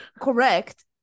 correct